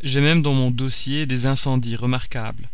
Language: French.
j'ai même dans mon dossier des incendies remarquables